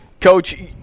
Coach